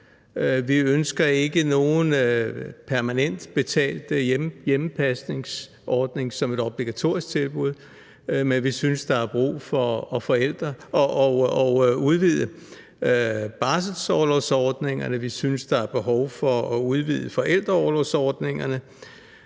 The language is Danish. Vi ønsker ikke nogen permanent, betalt hjemmepasningsordning som et obligatorisk tilbud, men vi synes, der er brug for at udvide barselsorlovsordningerne. Vi synes, der er behov for at udvide forældreorlovsordningerne.